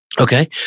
Okay